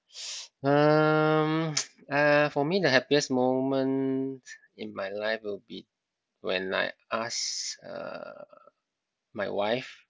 um uh for me the happiest moment in my life will be when I ask uh my wife